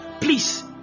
Please